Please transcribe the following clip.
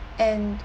and